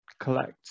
collect